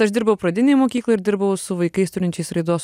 aš dirbau pradinėj mokykloj ir dirbau su vaikais turinčiais raidos